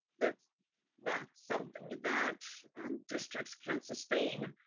that's not something that districts can sustain,